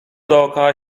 dookoła